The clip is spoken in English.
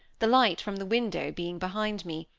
the light from the window being behind me,